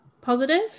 positive